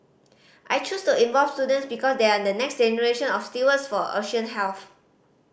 I chose to involve students because they are the next generation of stewards for ocean health